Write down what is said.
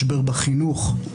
משבר בחינוך,